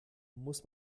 muss